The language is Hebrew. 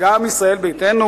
וגם ישראל ביתנו,